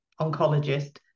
oncologist